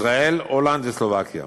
ישראל, הולנד וסלובקיה.